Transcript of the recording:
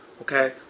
Okay